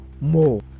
more